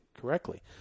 correctly